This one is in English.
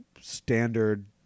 standard